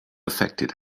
affected